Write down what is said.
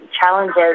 challenges